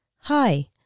Hi